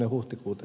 huhtikuuta